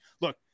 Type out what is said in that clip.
Look